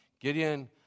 Gideon